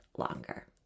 longer